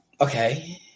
okay